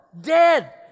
Dead